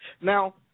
Now